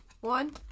one